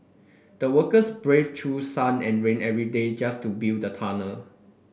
the workers braved through sun and rain every day just to build a tunnel